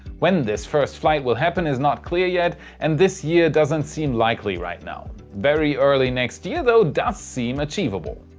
when this first flight will happen is not clear yet, and this year doesn't seem likely right now. very early next year though does seem achievable.